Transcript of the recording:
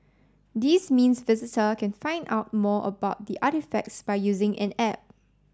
this means visitor can find out more about the artefacts by using an app